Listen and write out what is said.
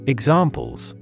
Examples